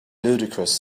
ludicrous